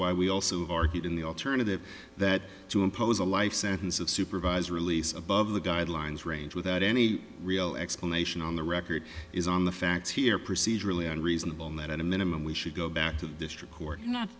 why we also have argued in the alternative that to impose a life sentence of supervised release above the guidelines range without any real explanation on the record is on the facts here procedurally and reasonable and that at a minimum we should go back to the district court not